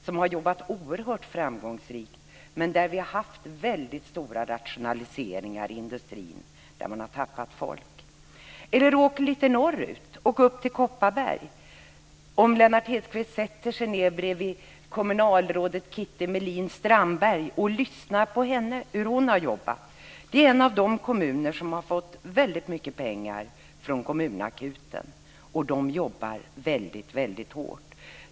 Man har jobbat oerhört framgångsrikt, men det har varit väldigt stora rationaliseringar i industrin. Man har tappat folk. Eller åk norrut till Kopparberg. Lennart Hedquist kan sätta sig bredvid kommunalrådet Kitty Melin Strandberg och lyssna på hur hon har jobbat. Det är en av de kommuner som har fått mycket pengar från kommunakuten. De jobbar där väldigt hårt.